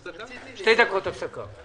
שתי דקות הפסקה ונעבור לנושא הבא.